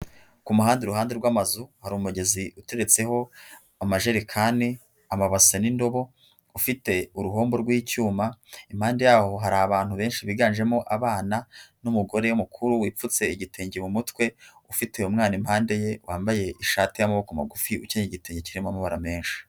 Ku muhanda iruhande rw'amazu hari umugezi uteretseho amajerekani, amabasa n'indobo, ufite uruhombo rw'icyuma, impande yaho hari abantu benshi biganjemo abana n'umugore mukuru wipfutse igitenge mu mutwe ufite umwana. Impande ye wambaye ishati y'amaboko magufi ukenyeye igitenge kirimo amabara menshi.